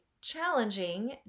challenging